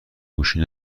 گوشی